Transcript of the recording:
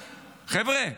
חבר'ה,